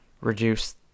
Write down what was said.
reduce